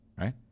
right